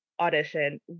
audition